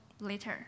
later